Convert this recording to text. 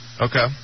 Okay